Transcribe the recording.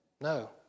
No